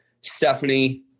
Stephanie